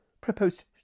proposed